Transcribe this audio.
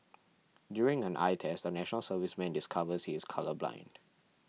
during an eye test a National Serviceman discovers he is colourblind